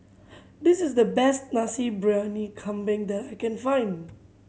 this is the best Nasi Briyani Kambing that I can find